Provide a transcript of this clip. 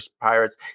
Pirates